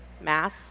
mass